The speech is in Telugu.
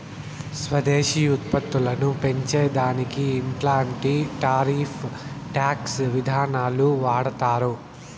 స్వదేశీ ఉత్పత్తులని పెంచే దానికి ఇట్లాంటి టారిఫ్ టాక్స్ విధానాలు వాడతారు